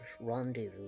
rendezvous